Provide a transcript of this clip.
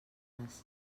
dades